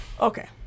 Okay